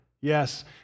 Yes